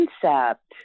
concept